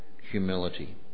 humility